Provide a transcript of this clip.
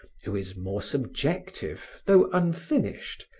who is more subjective, though unfinished,